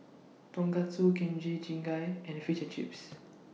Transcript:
Tonkatsu Kimchi Jjigae and Fish and Chips